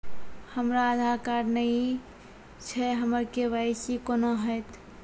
हमरा आधार कार्ड नई छै हमर के.वाई.सी कोना हैत?